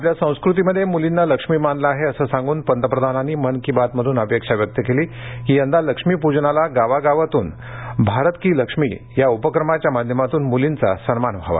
आपल्या संस्कृतीमध्ये मुलींना लक्ष्मी मानलं आहे असं सांगून पंतप्रधानांनी मन की बात मधून अपेक्षा व्यक्त केली की यंदा लक्ष्मीपूजनाला गावा गावातून भारत की लक्ष्मी या उपक्रमाच्या माध्यमातून मुलींचा सन्मान व्हावा